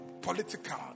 political